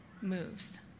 moves